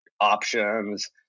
options